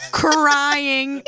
crying